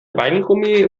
weingummi